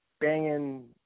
banging